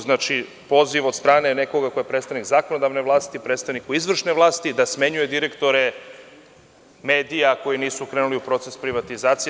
Znači, poziv od strane nekoga ko je predstavnik zakonodavne vlasti predstavniku izvršne vlasti da smenjuje direktore medija koji nisu krenuli u proces privatizacije.